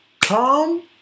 come